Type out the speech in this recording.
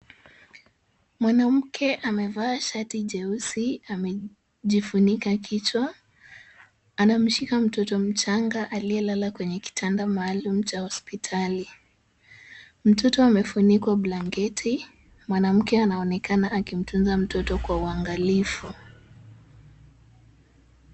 Mwanamke amevaa shati jeusi, amejifunika kichwa, anamshika mtoto mchanga aliyelala kwenye kitanda maalum cha hospitali. Mtoto amefunikwa blanketi, mwanamke anaonekana akimtunza mtoto kwa uangalifu.